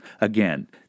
Again